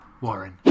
Warren